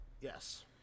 Yes